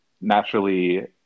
naturally